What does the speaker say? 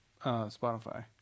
spotify